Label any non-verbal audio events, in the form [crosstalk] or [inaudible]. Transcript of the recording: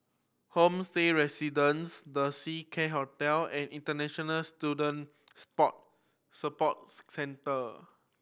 Homestay Residences The Seacare Hotel and International Student Support Support [unintelligible] Centre